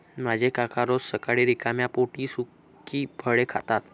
माझे काका रोज सकाळी रिकाम्या पोटी सुकी फळे खातात